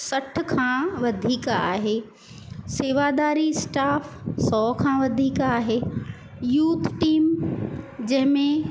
सठि खां वधीक आहे शेवादारी स्टाफ सौ खां वधीक आहे यूथ टीम जंहिंमें